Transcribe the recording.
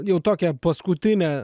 jau tokią paskutinę